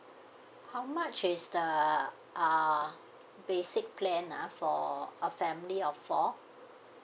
how much is the uh basic plan ah for a family of four